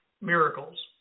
miracles